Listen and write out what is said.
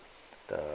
the